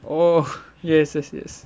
oh yes yes yes